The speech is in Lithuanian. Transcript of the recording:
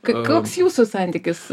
koks jūsų santykis